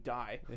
die